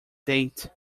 date